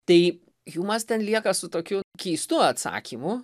tai hjumas ten lieka su tokiu keistu atsakymu